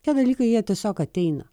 tie dalykai jie tiesiog ateina